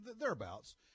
thereabouts